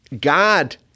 God